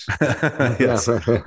Yes